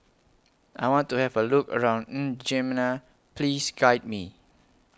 I want to Have A Look around N'Djamena Please Guide Me